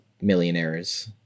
millionaires